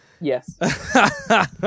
Yes